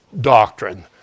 doctrine